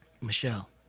Michelle